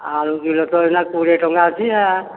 ଆଳୁ କିଲୋ ତ ଏଇନା କୋଡ଼ିଏ ଟଙ୍କା ଅଛି